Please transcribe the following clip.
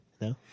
No